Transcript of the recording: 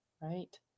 Right